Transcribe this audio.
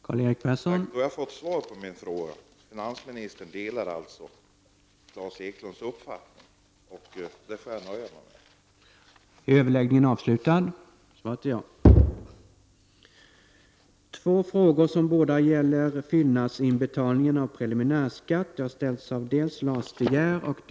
Herr talman! Nu har jag fått svar på min fråga: Finansministern delar alltså Klas Eklunds uppfattning. Det får jag nöja mig med.